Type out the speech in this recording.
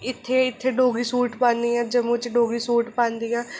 इत्थै इत्थै डोगरी सूट पांदियां जम्मू च डोगरी सूट पांदियां